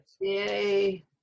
Yay